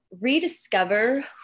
rediscover